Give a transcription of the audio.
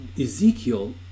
Ezekiel